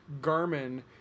Garmin